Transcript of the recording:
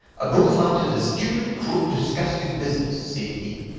a bullfight is a stupid, cruel, disgusting business, said he.